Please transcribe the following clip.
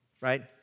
Right